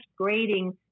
grading